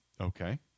Okay